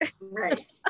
Right